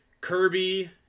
Kirby